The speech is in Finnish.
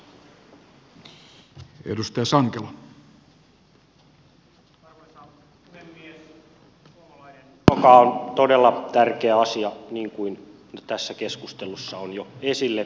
suomalainen ruoka on todella tärkeä asia niin kuin tässä keskustelussa on jo esille tullut